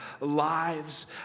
lives